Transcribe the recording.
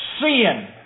sin